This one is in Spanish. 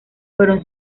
fueron